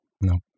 No